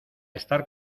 estar